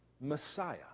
Messiah